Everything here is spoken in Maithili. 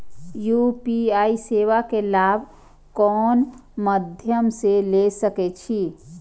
यू.पी.आई सेवा के लाभ कोन मध्यम से ले सके छी?